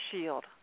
shield